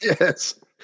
Yes